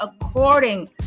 according